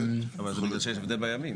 אבל זה בגלל שיש הבדל בימים.